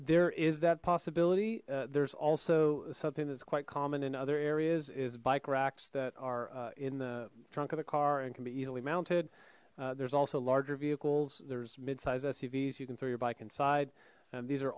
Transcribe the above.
there is that possibility there's also something that's quite common in other areas is bike racks that are in the trunk of the car and can be easily mounted there's also larger vehicles there's midsize suvs you can throw your bike inside and these are